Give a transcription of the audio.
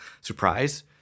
surprise